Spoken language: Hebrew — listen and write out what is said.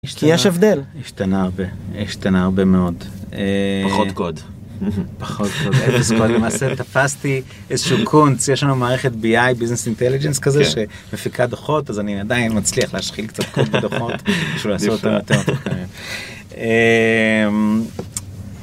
יש הבדל, השתנה הרבה, השתנה הרבה מאוד, פחות קוד, פחות קוד, למעשה תפסתי איזה שהוא קונץ, יש לנו מערכת בי איי ביזנס אינטליגנס כזה שמפיקה דוחות אז אני עדיין מצליח להשחיל קצת קוד בדוחות.